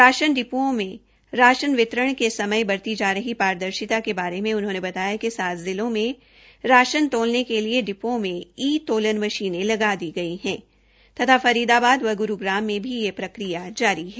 ration डिप्ओं में राशन के वितरण के समय बरती जा रही पारदर्शिता के बारे में उन्होंने बताया कि सात जिलों में राशन तोलने के लिए डिप्ओं में ई तोलन मशीनें लगा दी गई है तथा फरीदाबाद व ग्रूग्राम में भी यह प्रक्रिया जारी है